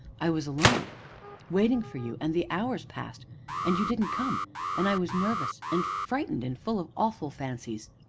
i was alone waiting for you, and the hours passed and you didn't come and i was nervous and frightened, and full of awful fancies.